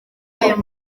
ayo